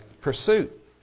pursuit